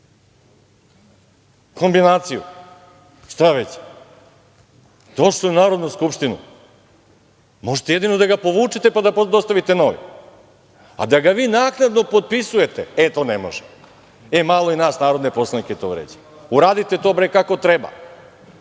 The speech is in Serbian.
kombinaciju, šta već. Došli u Narodnu skupštinu. Možete jedino da ga povučete pa da dostavite novi, a da ga vi naknadno potpisuje to ne može. Malo i nas narodne poslanike to vređa. Uradite to bre kako treba.